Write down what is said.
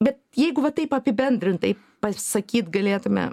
bet jeigu va taip apibendrintai pasakyt galėtume